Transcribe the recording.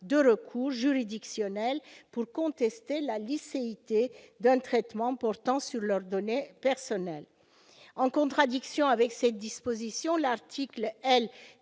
de recours juridictionnel pour contester la licéité d'un traitement portant sur leurs données personnelles. En contradiction avec cette disposition, l'article L.